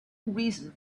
reason